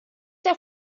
der